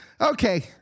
Okay